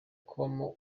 kubamo